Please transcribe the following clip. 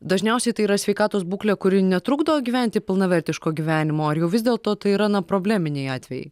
dažniausiai tai yra sveikatos būklė kuri netrukdo gyventi pilnavertiško gyvenimo ar jau vis dėlto tai yra na probleminiai atvejai